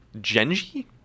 Genji